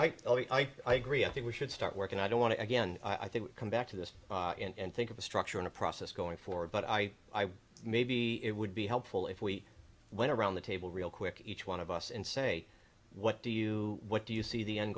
but i agree i think we should start working i don't want to again i think come back to this and think of a structure in a process going forward but i i maybe it would be helpful if we went around the table real quick each one of us and say what do you what do you see the end